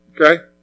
Okay